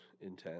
intense